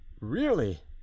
Really